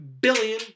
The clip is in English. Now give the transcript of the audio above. billion